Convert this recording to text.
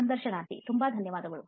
ಸಂದರ್ಶನಾರ್ಥಿ ತುಂಬಾ ಧನ್ಯವಾದಗಳು